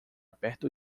perto